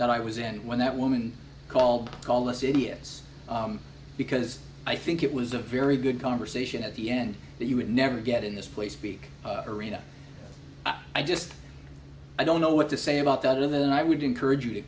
that i was in when that woman called call us idiots because i think it was a very good conversation at the end that you would never get in this place speak arena i just i don't know what to say about that and then i would encourage you to